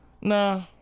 Nah